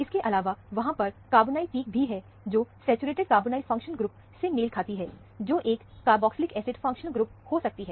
इसके अलावा वहां पर कार्बोनाइल पिक भी है जो सैचुरेटेड कार्बोनाइल फंक्शनल ग्रुप से मेल खाती है जो एक कारबॉक्सलिक एसिड फंक्शनल ग्रुप हो सकती है